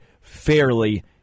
fairly